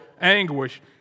anguish